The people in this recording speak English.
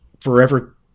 forever